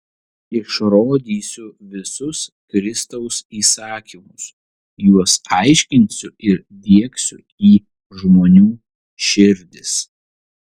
išrodysiu visus kristaus įsakymus juos aiškinsiu ir diegsiu į žmonių širdis